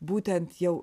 būtent jau